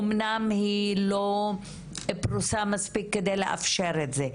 אמנם היא לא פרוסה מספיק כדי לאפשר את זה.